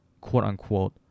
quote-unquote